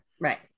Right